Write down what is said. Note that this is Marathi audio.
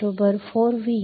95 4V VT